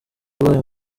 ubaye